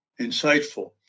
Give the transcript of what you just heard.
insightful